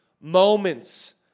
moments